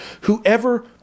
whoever